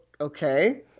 Okay